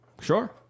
Sure